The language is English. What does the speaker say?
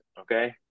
Okay